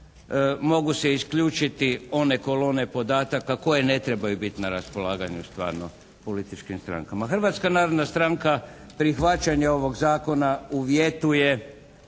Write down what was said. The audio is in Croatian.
mogu se isključiti one kolone podataka koje ne trebaju biti na raspolaganju političkim strankama. Hrvatska narodna stranka prihvaćanje ovog Zakona uvjetuje